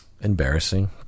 Embarrassing